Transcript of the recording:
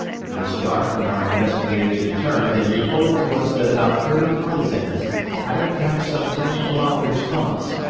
it was dark when our investigators returned and reported to us that about thirty partisans had a camp some ten kilometers from us,